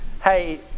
Hey